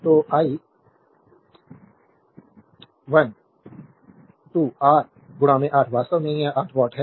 तो I 1 1 2 R 8 वास्तव में यह 8 वाट है